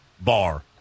bar